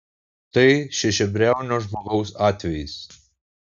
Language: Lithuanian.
tai šešiabriaunio žmogaus atvejis